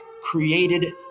created